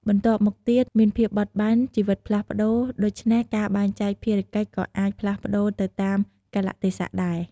បន្ទាប់មកទៀត មានភាពបត់បែន ជីវិតផ្លាស់ប្តូរ ដូច្នេះការបែងចែកភារកិច្ចក៏អាចផ្លាស់ប្តូរទៅតាមកាលៈទេសៈដែរ។